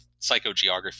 psychogeography